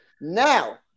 Now